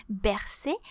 Bercer